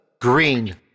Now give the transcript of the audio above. green